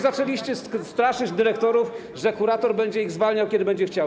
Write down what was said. Zaczęliście straszyć dyrektorów, że kurator będzie ich zwalniał, kiedy będzie chciał.